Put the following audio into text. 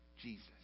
Jesus